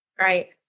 right